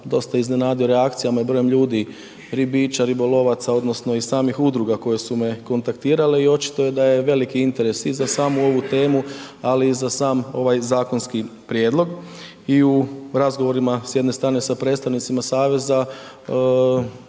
dosta iznenadio reakcijama i brojem ljudi, ribiča, ribolovaca odnosno i samih udruga koje su me kontaktirale i očito da je veliki interes i za samu ovu temu, ali i za sam ovaj zakonski prijedlog i u razgovorima, s jedne strane sa predstavnicima saveza,